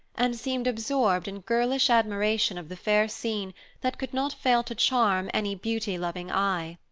and seemed absorbed in girlish admiration of the fair scene that could not fail to charm any beauty-loving eye.